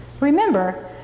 Remember